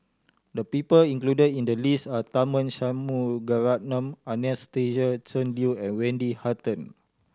the people included in the list are Tharman Shanmugaratnam Anastasia Tjendri Liew and Wendy Hutton